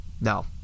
no